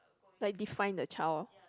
like define the child